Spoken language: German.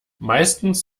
meistens